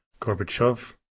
Gorbachev